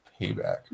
Payback